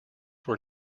were